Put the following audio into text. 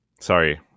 Sorry